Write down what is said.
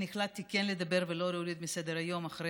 אני החלטתי כן לדבר ולא להוריד מסדר-היום אחרי